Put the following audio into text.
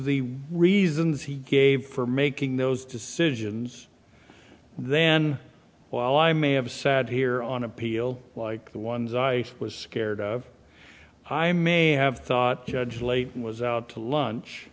the reasons he gave for making those decisions then while i may have sat here on appeal like the ones i was scared i may have thought judge lady was out to lunch